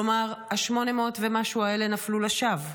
כלומר, ה-800 ומשהו האלה נפלו לשווא,